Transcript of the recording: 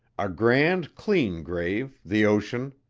a grand, clean grave, the ocean,